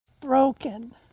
broken